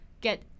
get